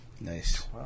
Nice